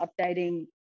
updating